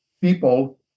people